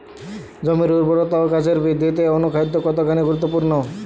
জমির উর্বরতা ও গাছের বৃদ্ধিতে অনুখাদ্য কতখানি গুরুত্বপূর্ণ?